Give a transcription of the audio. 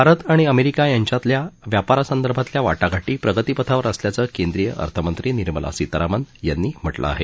भारत आणि अमेरिका यांच्यातल्या व्यापारासंदर्भातल्या वाटाघाटी प्रगतीपथावर असल्याचं केंद्रीय अर्थमंत्री निर्मला सीतारामन यांनी म्हटलं आहे